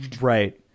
Right